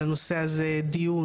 על הנושא הזה דיון.